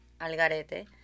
Algarete